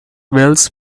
wells